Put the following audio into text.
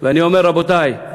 ואני אומר: רבותי,